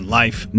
life